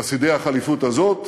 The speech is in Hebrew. חסידי הח'ליפות הזאת